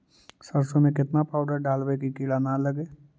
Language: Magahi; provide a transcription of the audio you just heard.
सरसों में केतना पाउडर डालबइ कि किड़ा न लगे?